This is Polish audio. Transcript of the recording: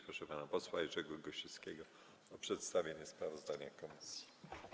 Proszę pana posła Jerzego Gosiewskiego o przedstawienie sprawozdania komisji.